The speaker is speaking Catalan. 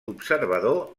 observador